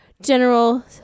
general